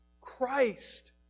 Christ